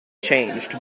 changed